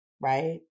right